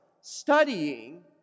studying